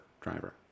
driver